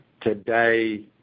today